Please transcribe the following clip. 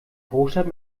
großstadt